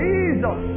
Jesus